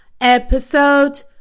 Episode